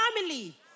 family